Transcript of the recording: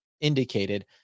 indicated